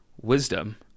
wisdom